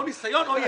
או ניסיון או ידע.